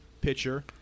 pitcher